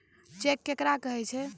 Cheque केकरा कहै छै?